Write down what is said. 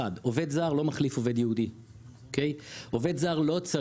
אחת, עובד זר לא מחליף עובד יהודי.